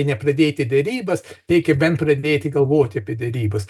nepradėti derybas reikia bent pradėti galvoti apie derybas